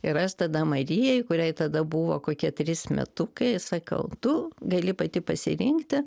ir aš tada marijai kuriai tada buvo kokie trys metukai sakau tu gali pati pasirinkti